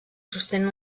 sostenen